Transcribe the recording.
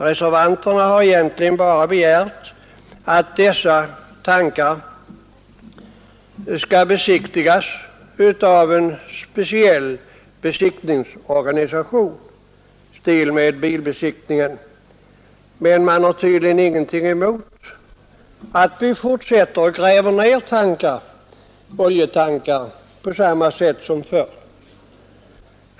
Reservanterna har egentligen bara begärt att dessa cisterner skall besiktigas av en speciell besiktningsorganisation i stil med bilbesiktningen men har tydligen ingenting emot att vi fortsätter att gräva ned oljetankar på samma sätt som förr.